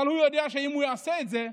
אבל הוא יודע שאם הוא יעשה את זה,